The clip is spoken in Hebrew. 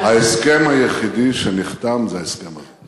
ההסכם היחידי שנחתם זה ההסכם הזה.